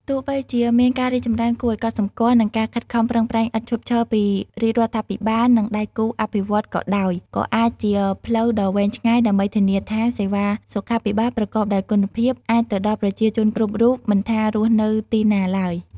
ទោះបីជាមានការរីកចម្រើនគួរឱ្យកត់សម្គាល់ និងការខិតខំប្រឹងប្រែងឥតឈប់ឈរពីរាជរដ្ឋាភិបាល និងដៃគូអភិវឌ្ឍន៍ក៏ដោយ ក៏អាចជាផ្លូវដ៏វែងឆ្ងាយ ដើម្បីធានាថាសេវាសុខាភិបាលប្រកបដោយគុណភាព អាចទៅដល់ប្រជាជនគ្រប់រូប មិនថារស់នៅទីណាឡើយ។